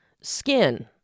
Skin